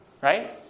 Right